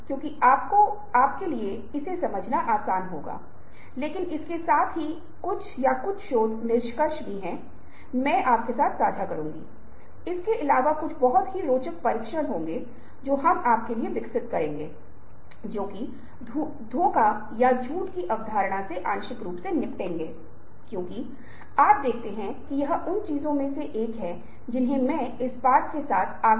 इसलिए हम उस मे थोड़े समय के बाद जाएंगे लेकिन आप पाते हैं कि यह अध्ययन एक वास्तविक अध्ययन है यदि आप Google को खोज लेंगे और कुछ हद तक यह अध्ययन उस तरीके को प्रभावित करता है जिससे आप प्रश्नों का उत्तर देते हैं और जैसा कि आप समझते हैं कि प्रश्नों को दो घटकों में विभाजित किया गया था